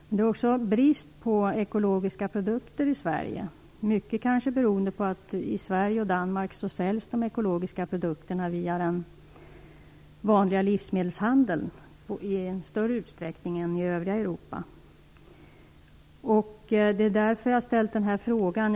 Men det är också brist på ekologiska produkter i Sverige, mycket kanske beroende på att de ekologiska produkterna i Sverige och i Danmark i större utsträckning än i övriga Europa säljs via den vanliga livsmedelshandeln. Det är därför som jag har ställt den här frågan.